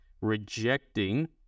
rejecting